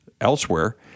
elsewhere